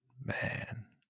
man